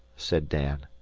said dan.